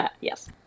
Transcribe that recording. yes